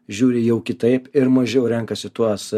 žiūri jau kitaip ir mažiau renkasi tuos